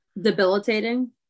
debilitating